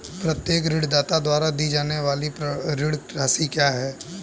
प्रत्येक ऋणदाता द्वारा दी जाने वाली ऋण राशि क्या है?